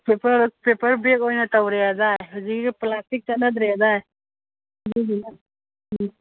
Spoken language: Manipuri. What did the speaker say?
ꯄꯦꯄꯔ ꯄꯦꯄꯔ ꯕꯦꯛ ꯑꯣꯏꯅ ꯇꯧꯔꯦ ꯍꯥꯏꯗꯥꯏ ꯍꯧꯖꯤꯛꯇꯤ ꯄ꯭ꯂꯥꯁꯇꯤꯛ ꯆꯠꯅꯗ꯭ꯔꯦ ꯍꯥꯏꯗꯥꯏ ꯑꯗꯨꯗꯨꯅ ꯎꯝ